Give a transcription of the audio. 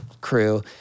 crew